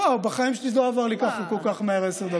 וואו, בחיים שלי לא עברו לי כל כך מהר עשר דקות.